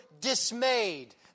dismayed